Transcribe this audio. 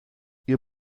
ihr